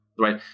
right